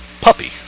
puppy